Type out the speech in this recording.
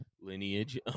lineage